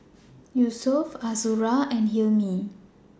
Yusuf Azura and Hilmi